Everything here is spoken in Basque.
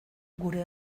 gure